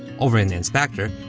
over in the inspector,